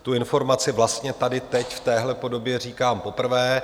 Tu informaci vlastně tady teď, v téhle podobě říkám poprvé.